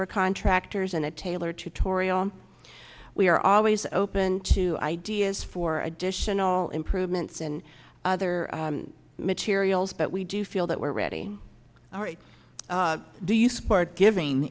for contractors in a tailor tutorial we are always open to ideas for additional improvements and other materials but we do feel that we're ready all right do you support giving